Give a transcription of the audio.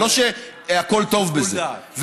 ולא שהכול טוב בזה.